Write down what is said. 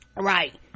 Right